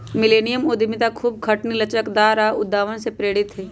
millennium उद्यमिता खूब खटनी, लचकदार आऽ उद्भावन से प्रेरित हइ